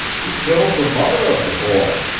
he killed the mother of the boy.